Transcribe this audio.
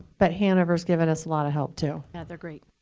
but hanover has given us a lot of help, too. yeah, they're great.